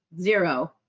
zero